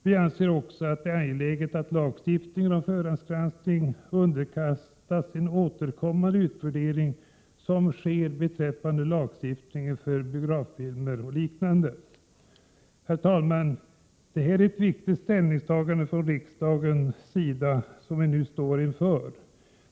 Vi anser vidare att det är angeläget att lagstiftningen om förhandsgranskning underkastas en återkommande utvärdering på samma sätt som sker beträffande lagstiftningen för biograffilmer etc. Herr talman! Det är ett viktigt ställningstagande som riksdagen nu står inför.